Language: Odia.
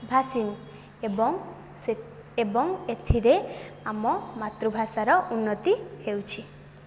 ଭାସିନି ଏବଂ ସେ ଏବଂ ଏଥିରେ ଆମ ମାତୃଭାଷାର ଉନ୍ନତି ହେଉଛି